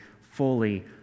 fully